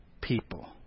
people